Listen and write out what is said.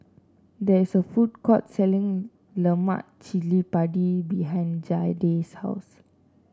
there is a food court selling Lemak Cili Padi behind Jayda's house